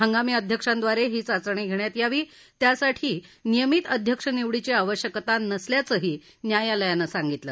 हंगामी अध्यक्षांद्वारे ही चाचणी घेण्यात यावी त्यासाठी नियमित अध्यक्ष निवडीची आवश्यकता नसल्याचंही न्यायालयानं सांगितलं